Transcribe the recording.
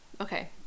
okay